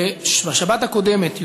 בשבת הקודמת,